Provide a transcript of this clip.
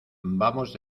vamos